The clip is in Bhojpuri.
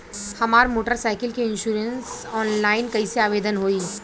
हमार मोटर साइकिल के इन्शुरन्सऑनलाइन कईसे आवेदन होई?